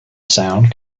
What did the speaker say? sound